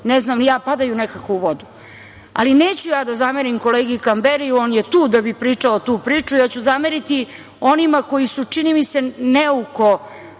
ne znam ni ja – padaju nekako u vodu. Neću ja da zamerim kolegi Kamberiju. On je tu da bi pričao tu priču. Ja ću zameriti onima koji su, čini mi se, neuko